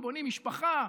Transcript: ובונים משפחה,